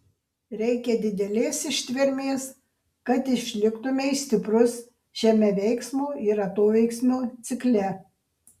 reikia didelės ištvermės kad išliktumei stiprus šiame veiksmo ir atoveiksmio cikle